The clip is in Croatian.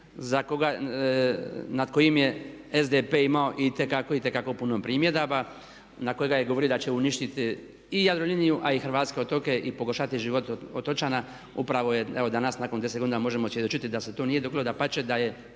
nad kojim je SDP imao itekako, itekako puno primjedaba, na kojega je govorio da će uništiti i Jadroliniju a i hrvatske otoke i pogoršati život otočana upravo je evo danas nakon 10 godina možemo svjedočiti da se to nije dogodilo, dapače da